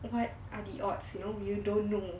what are the odds you know you don't know